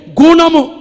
gunamu